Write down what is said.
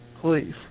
Please